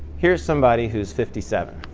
here's somebody who's fifty seven.